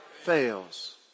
fails